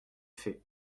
fait